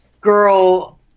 girl